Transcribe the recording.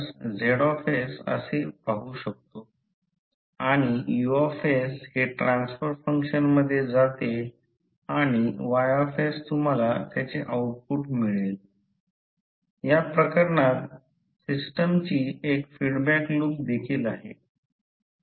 तर कारण पोलारिटी हे मॅग्नेटिक सर्किटचे समतुल्य इलेक्ट्रिकल सर्किटसारखे का बनवतो हे माहित असणे आवश्यक आहे की म्हणजे काय असेल म्हणजे इलेक्ट्रिकल सर्किटसारखे साधर्म्य कोणते असेल आणि कोणते असेल ते प्रत्यक्षात हॅण्ड रूलने ठरवता येते ते पाहू